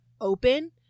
open